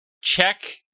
check